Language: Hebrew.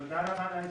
תם ולא נשלם.